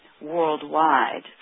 worldwide